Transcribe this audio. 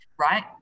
right